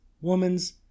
woman's